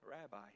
rabbi